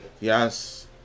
Yes